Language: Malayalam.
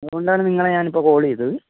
അതുകൊണ്ടാണ് നിങ്ങളെ ഞാനിപ്പോള് കോളേയ്തത്